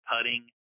putting